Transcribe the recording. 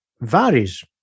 varies